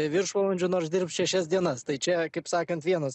viršvalandžių nors dirbs šešias dienas tai čia kaip sakant vienas